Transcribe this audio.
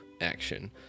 action